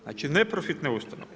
Znači neprofitne ustanove.